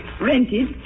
rented